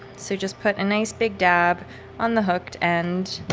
so just put a nice big dab on the hooked end,